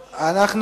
גברתי.